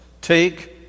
take